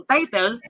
Title